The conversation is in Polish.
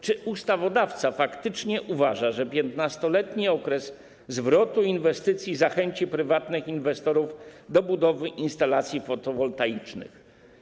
Czy ustawodawca faktycznie uważa, że 15-letni okres zwrotu inwestycji zachęci prywatnych inwestorów do budowy instalacji fotowoltaicznych?